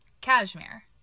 Cashmere